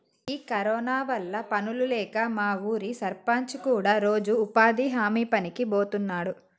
ఈ కరోనా వల్ల పనులు లేక మా ఊరి సర్పంచి కూడా రోజు ఉపాధి హామీ పనికి బోతున్నాడు